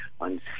on